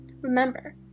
Remember